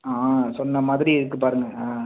ஆ சொன்னமாதிரி இருக்கு பாருங்கள் ஆ